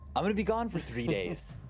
i'm gonna be gone for three days.